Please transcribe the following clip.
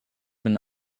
been